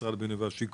משרד הבינוי והשיכון,